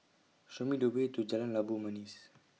Show Me The Way to Jalan Labu Manis